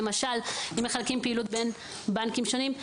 למשל אם מחלקים פעילות בין בנקים שונים.